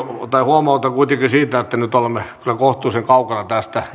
mutta huomautan kuitenkin siitä että nyt olemme kyllä kohtuullisen kaukana tästä